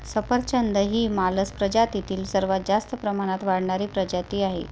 सफरचंद ही मालस प्रजातीतील सर्वात जास्त प्रमाणात वाढणारी प्रजाती आहे